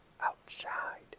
outside